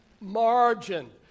Margin